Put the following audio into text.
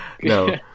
No